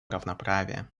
равноправия